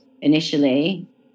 initially